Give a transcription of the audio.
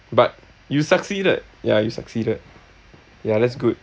but you succeeded yeah you succeeded yeah that's good